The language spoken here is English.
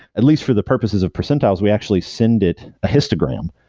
at least for the purposes of percentiles, we actually send it a histogram,